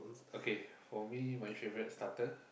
okay for me my favorite starter